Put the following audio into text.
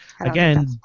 again